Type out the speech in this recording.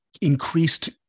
increased